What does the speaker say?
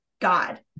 God